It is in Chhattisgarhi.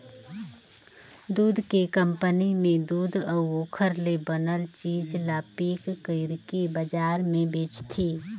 दूद के कंपनी में दूद अउ ओखर ले बनल चीज ल पेक कइरके बजार में बेचथे